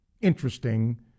interesting